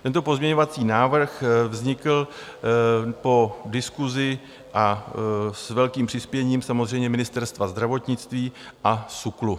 Tento pozměňovací návrh vznikl po diskusi a s velkým přispěním samozřejmě Ministerstva zdravotnictví a SÚKLu.